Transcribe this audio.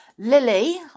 Lily